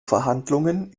verhandlungen